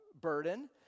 Burden